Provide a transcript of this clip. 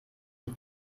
die